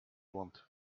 want